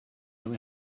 only